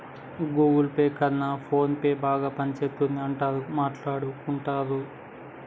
Google Pay కన్నా ఫోన్పేనే బాగా పనిజేత్తందని అందరూ మాట్టాడుకుంటన్నరు